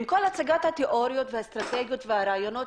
עם כל הצגת התיאוריות והאסטרטגיות והרעיונות